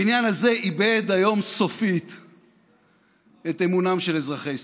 הבניין הזה איבד היום סופית את אמונם של אזרחי ישראל.